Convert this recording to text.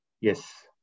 Yes